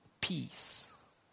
peace